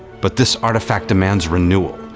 but this artifact demands renewal,